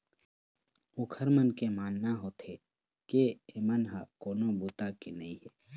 ओखर मन के मानना होथे के एमन ह कोनो बूता के नइ हे